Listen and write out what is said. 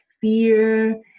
fear